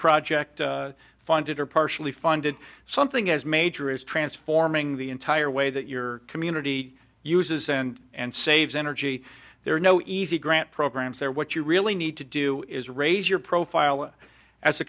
project funded or partially funded something as major as transforming the entire way that your community uses and and saves energy there are no easy grant programs there what you really need to do is raise your profile as a